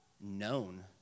known